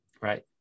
Right